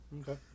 Okay